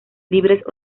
libres